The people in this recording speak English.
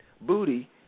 booty